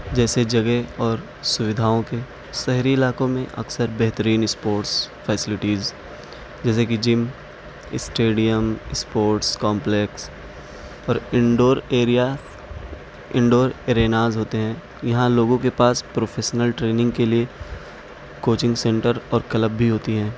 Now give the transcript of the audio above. جیسے جگہ اور سویدھاؤں کے شہری علاقوں میں اکثر بہترین اسپورٹس فیسلٹیز جیسے کہ جم اسٹیڈیم اسپورٹس کامپلیکس اور indoor area indoor arenas ہوتے ہیں یہاں لوگوں کے پاس پروفیشنل ٹریننگ کے لیے کوچنگ سنٹر اور کلب بھی ہوتی ہیں